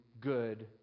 good